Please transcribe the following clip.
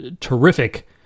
terrific